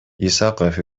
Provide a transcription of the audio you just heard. исаков